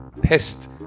pissed